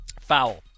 Foul